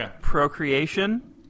Procreation